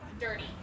dirty